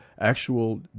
Actual